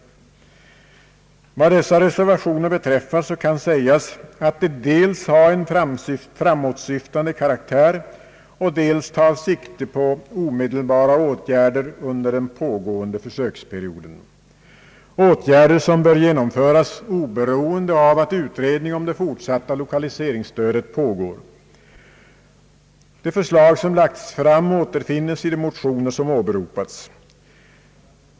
Beträffande dessa reservationer kan sägas, att de dels har en framåtsyftande karaktär, dels tar sikte på omedelbara åtgärder under den pågående försöksperioden, åtgärder som bör genomföras oberoende av att utredning om det fortsatta lokaliseringsstödet pågår. De förslag som lagts fram återfinns i de motioner som åberopats.